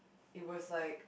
it was like